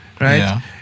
right